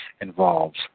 involved